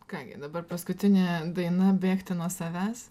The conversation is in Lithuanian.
ką gi dabar paskutinė daina bėgti nuo savęs